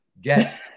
get